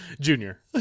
Junior